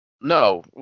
no